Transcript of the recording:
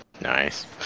Nice